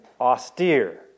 austere